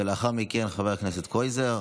ולאחר מכן, חבר הכנסת קרויזר.